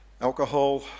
Alcohol